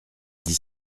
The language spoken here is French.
dix